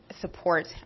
support